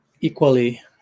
equally